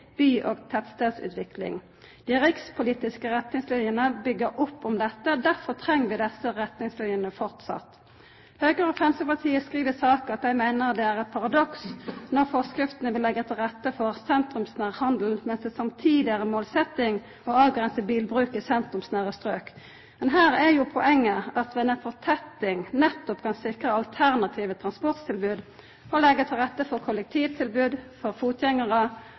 by- og tettstadsutvikling. Dei rikspolitiske retningslinene byggjer opp om dette. Derfor treng vi framleis desse retningslinene. Høgre og Framstegspartiet skriv i saka at dei meiner det er eit «paradoks» at forskrifta vil leggja til rette for sentrumsnær handel, mens det samtidig er ei målsetjing å avgrensa bilbruk i sentrumsnære strøk. Men her er jo poenget at ein ved fortetting nettopp kan sikra alternative transporttilbod og leggja til rette for kollektivtilbod, for fotgjengarar